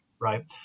right